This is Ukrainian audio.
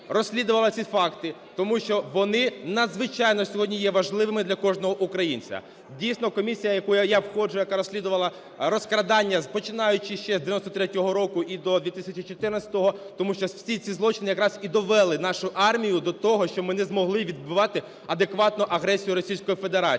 розслідувала ці факти, тому що вони надзвичайно сьогодні є важливими для кожного українця. Дійсно, комісія, у яку я входжу, яка розслідувала розкрадання, починаючи ще з 1993 року і до 2014-го, тому що всі ці злочини якраз і довели нашу армію до того, що ми не змогли відбивати адекватно агресію Російської Федерації,